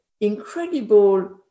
incredible